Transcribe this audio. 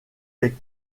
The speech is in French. les